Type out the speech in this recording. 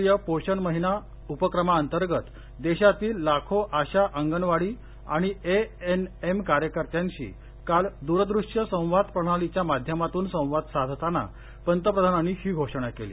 राष्ट्रीय पोषण महिना उपक्रमांतर्गत देशातील लाखो आशा अंगणवाडी आणि ए एन एम कार्यकर्त्यांशी काल दुरद्रष्य संवाद प्रणालीच्या माध्यमातून संवाद साधताना पंतप्रधानांनी ही घोषणा केली